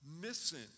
missing